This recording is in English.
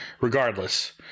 regardless